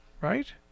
Right